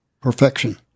Perfection